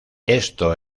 esto